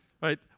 Right